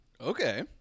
Okay